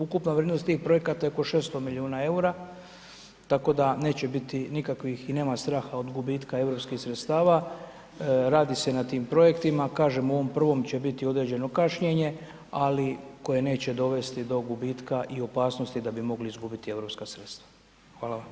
Ukupna vrijednost tih projekata je oko 600 milijuna EUR-a, tako da neće biti nikakvih i nema straha od gubitka europskih sredstava, radi se na tim projektima, kažem, u ovom prvom će biti određeno kašnjenje, ali koje neće dovesti do gubitka i opasnosti da bi mogli izgubiti europska sredstva.